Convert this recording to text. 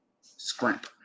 Scrimp